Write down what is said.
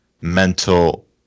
mental